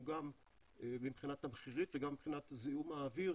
גם מבחינה תמחירית וגם מבחינת זיהום האוויר,